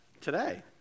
today